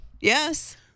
Yes